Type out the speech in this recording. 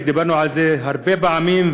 דיברנו על זה הרבה פעמים,